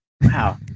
wow